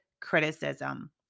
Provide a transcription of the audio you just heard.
criticism